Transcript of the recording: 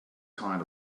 kind